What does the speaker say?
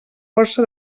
força